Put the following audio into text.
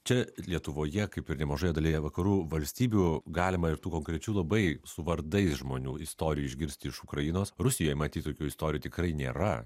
čia lietuvoje kaip ir nemažoje dalyje vakarų valstybių galima ir tų konkrečių labai su vardais žmonių istorijų išgirsti iš ukrainos rusijoj matyt tokių istorijų tikrai nėra